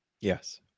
Yes